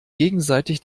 gegenseitig